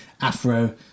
afro